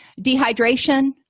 Dehydration